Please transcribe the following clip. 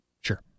Sure